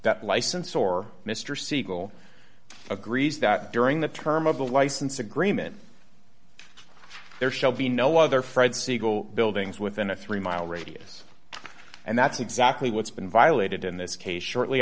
that license or mr siegel agrees that during the term of the license agreement there shall be no other fred siegel buildings within a three mile radius and that's exactly what's been violated in this case shortly